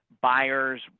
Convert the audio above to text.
buyers